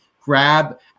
grab